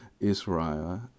Israel